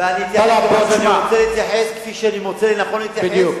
ואני אתייחס למה שאני רוצה להתייחס כפי שאני מוצא לנכון להתייחס,